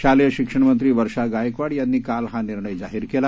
शालेय शिक्षणमंत्री वर्षा गायकवाड यांनी काल हा निर्णय जाहीर केला